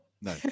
No